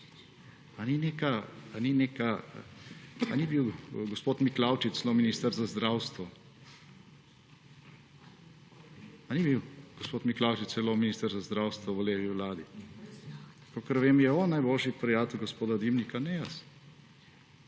Ali ni bil gospod Miklavčič celo minister za zdravstvo? Ali ni bil gospod Miklavčič zelo minister za zdravstvo v levi vladi? Kakor vem, je on najboljši prijatelj gospoda Dimnika, ne jaz.